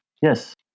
yes